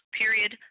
period